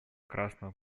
красного